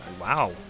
wow